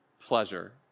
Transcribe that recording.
pleasure